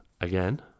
again